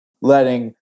letting